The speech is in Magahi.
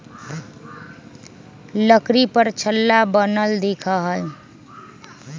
लकड़ी पर छल्ला बनल दिखा हई